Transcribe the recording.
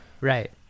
Right